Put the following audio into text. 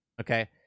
okay